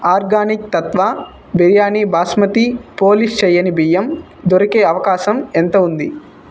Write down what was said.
organic Tattva biryani basmati polish చెయ్యని బియ్యం దొరికే అవకాశం ఎంత ఉంది